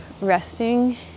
resting